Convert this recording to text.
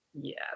yes